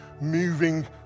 moving